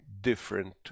different